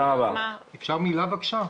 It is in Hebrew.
אפשר מילה בבקשה?